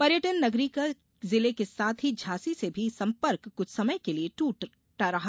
पर्यटन नगरी का जिले के साथ ही झांसी से भी संपर्क कुछ समय के लिए टूटा रहा